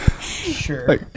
Sure